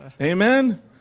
amen